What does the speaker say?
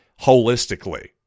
holistically